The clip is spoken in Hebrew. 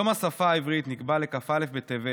יום השפה העברית נקבע לכ"א בטבת,